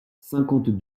cinquante